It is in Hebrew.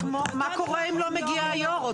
מה קורה אם לא מגיע היו"ר?